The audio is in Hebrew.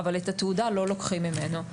אבל את התעודה לא לוקחים ממנו.